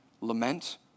Lament